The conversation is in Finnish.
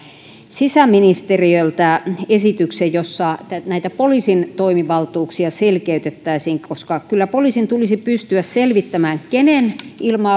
sisäministeriöltä esityksen jossa näitä poliisin toimivaltuuksia selkeytettäisiin koska kyllä poliisin tulisi pystyä selvittämään kenen ilma